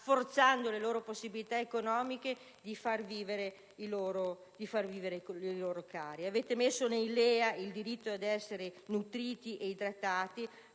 forzando le loro possibilità economiche, far vivere i loro cari. Avete inserito nei LEA il diritto ad essere nutriti ed idratati,